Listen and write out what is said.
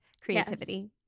Creativity